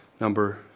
number